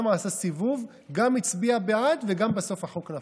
גם עשה סיבוב, גם הצביע בעד וגם בסוף החוק נפל.